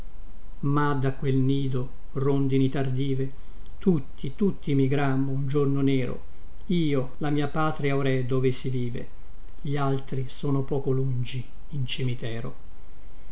ma da quel nido rondini tardive tutti tutti migrammo un giorno nero io la mia patria or è dove si vive gli altri son poco lungi in cimitero